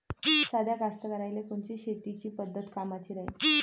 साध्या कास्तकाराइले कोनची शेतीची पद्धत कामाची राहीन?